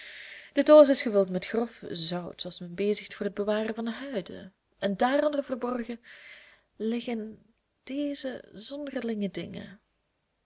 de doos is gevuld met grof zout zooals men bezigt voor het bewaren van huiden en daaronder verborgen liggen deze zonderlinge dingen